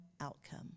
outcome